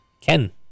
Ken